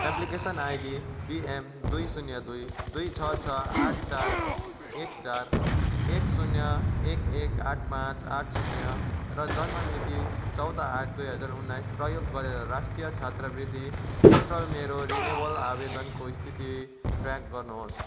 application ID BM दुई शून्य दुई दुई छ छ आठ चार एक चार एक शून्य एक एक आठ पाँच आठ शून्य र जन्म मिति चौध आठ दुई हजार उन्नाइस प्रयोग गरेर राष्ट्रिय छात्रवृत्ति पोर्टल मेरो रिनिवल आवेदनको स्थिति ट्र्याक गर्नु होस्